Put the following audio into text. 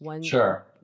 Sure